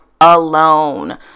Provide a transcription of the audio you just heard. alone